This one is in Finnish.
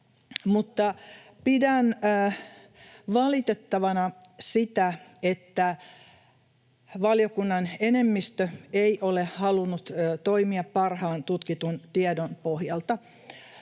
Mutta pidän valitettavana sitä, että valiokunnan enemmistö ei ole halunnut toimia parhaan tutkitun tiedon pohjalta.